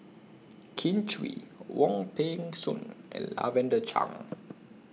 Kin Chui Wong Peng Soon and Lavender Chang